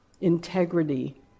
integrity